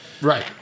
Right